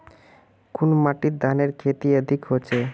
कुन माटित धानेर खेती अधिक होचे?